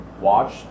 watch